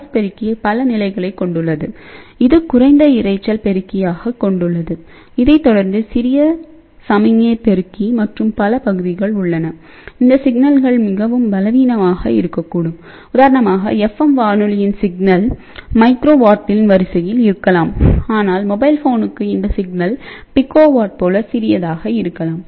F பெருக்கி பல நிலைகளைக் கொண்டுள்ளது இது குறைந்த இரைச்சல் பெருக்கியைக் கொண்டுள்ளது அதைத் தொடர்ந்து சிறிய சமிக்ஞை பெருக்கி மற்றும் பல பகுதிகள் உள்ளன இந்த சிக்னல்கள் மிகவும் பலவீனமாக இருக்கக்கூடும் உதாரணமாக எஃப்எம் வானொலியின் சிக்னல் மைக்ரோவாட்டின் வரிசையில் இருக்கலாம் ஆனால் மொபைல் ஃபோனுக்கு இந்த சிக்னல் பிக்கோ வாட் போல சிறியதாக இருக்கலாம்